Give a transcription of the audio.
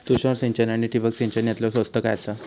तुषार सिंचन आनी ठिबक सिंचन यातला स्वस्त काय आसा?